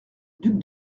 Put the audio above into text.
duc